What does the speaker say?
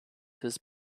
his